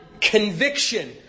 conviction